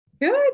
Good